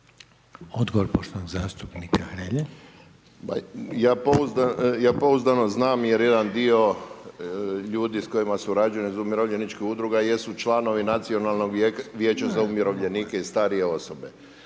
**Hrelja, Silvano (HSU)** Ja pouzdano znam jer jedan dio ljudi s kojima surađujem iz umirovljeničkih udruga jesu članovi Nacionalnog vijeća za umirovljenike i starije osobe.